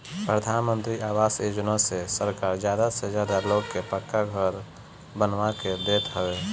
प्रधानमंत्री आवास योजना से सरकार ज्यादा से ज्यादा लोग के पक्का घर बनवा के देत हवे